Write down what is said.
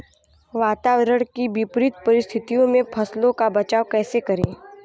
वातावरण की विपरीत परिस्थितियों में फसलों का बचाव कैसे करें?